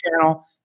channel